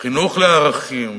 חינוך לערכים,